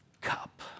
cup